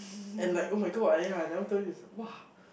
and like [oh]-my-god and ya I never tell you !wah!